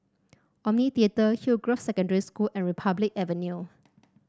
Omni Theatre Hillgrove Secondary School and Republic Avenue